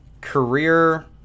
career